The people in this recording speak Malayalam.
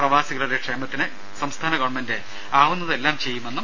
പ്രവാസികളുടെ ക്ഷേമത്തിന് സംസ്ഥാന ഗവണ്മെന്റ് ആവുന്നതെല്ലാം ചെയ്യും